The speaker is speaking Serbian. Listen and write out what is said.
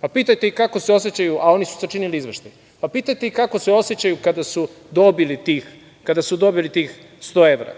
pa pitajte ih kako se osećaju, a oni su sačinili izveštaj. Pitajte ih kako se osećaju kada su dobili tih 100 evra.